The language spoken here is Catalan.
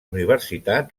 universitat